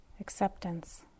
acceptance